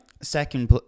second